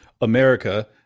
America